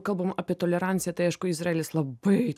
kalbam apie toleranciją tai aišku izraelis labai